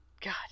god